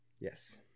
Yes